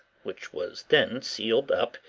which was then sealed up,